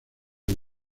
del